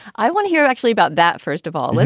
i want to hear actually about that first of all,